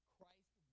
Christ